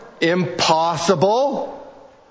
impossible